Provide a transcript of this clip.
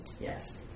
Yes